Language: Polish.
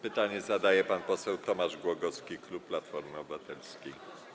Pytanie zadaje pan poseł Tomasz Głogowski, klub Platformy Obywatelskiej.